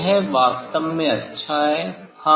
यह वास्तव में अच्छा है